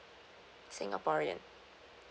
singaporean